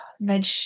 Veg